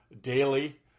daily